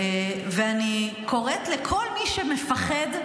אני קוראת לכל מי שמפחד,